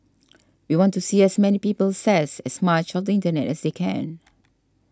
we want to see as many people says as much of the internet as they can